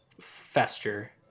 fester